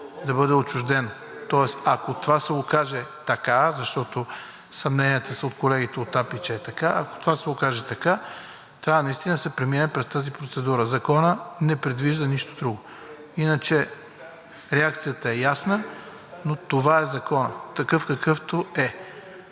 и реплики.) Тоест, ако това се окаже така, защото съмненията са от колегите от АПИ, че е така, ако това се окаже така, трябва наистина да се премине през тази процедура. Законът не предвижда нищо друго. Иначе реакцията е ясна, Но това е законът, такъв, какъвто е.